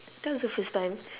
that was the first time